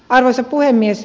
arvoisa puhemies